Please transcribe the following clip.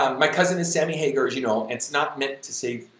um my cousin is sammy hagar, as you know, it's not meant to say,